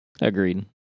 Agreed